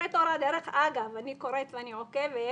ספרי תורה, דרך אגב, אני קוראת ואני עוקבת,